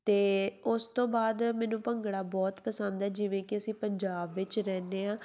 ਅਤੇ ਉਸ ਤੋਂ ਬਾਅਦ ਮੈਨੂੰ ਭੰਗੜਾ ਬਹੁਤ ਪਸੰਦ ਹੈ ਜਿਵੇਂ ਕਿ ਅਸੀਂ ਪੰਜਾਬ ਵਿੱਚ ਰਹਿੰਦੇ ਹਾਂ